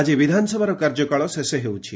ଆଜି ବିଧାନସଭାର କାର୍ଯ୍ୟକାଳ ଶେଷ ହେଉଛି